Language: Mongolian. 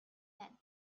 байна